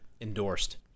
Endorsed